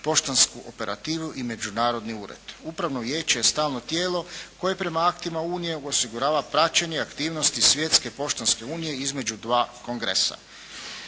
poštansku operativu i međunarodni ured. Upravno vijeće je stalno tijelo koje prema aktima Unije osigurava praćenje aktivnosti Svjetske poštanske unije između dva kongresa.